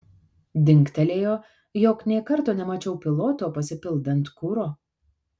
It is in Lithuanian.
dingtelėjo jog nė karto nemačiau piloto pasipildant kuro